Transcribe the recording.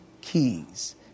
keys